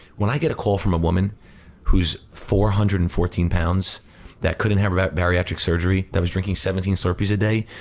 when i get a call from a woman who's four hundred and fourteen pounds that couldn't have bariatric surgery, that was drinking seventeen slurpees a day.